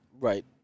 Right